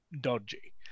dodgy